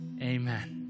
amen